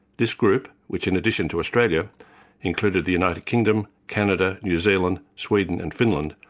this group, which in addition to australia included the united kingdom, canada, new zealand, sweden and finland,